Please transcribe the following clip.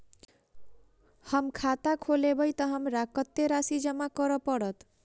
हम खाता खोलेबै तऽ हमरा कत्तेक राशि जमा करऽ पड़त?